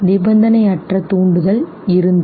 நிபந்தனையற்ற தூண்டுதல் இருந்தது